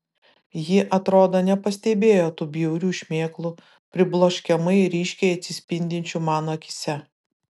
ji atrodo nepastebėjo tų bjaurių šmėklų pribloškiamai ryškiai atsispindinčių mano akyse